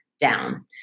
down